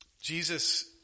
Jesus